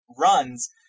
runs